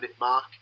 mark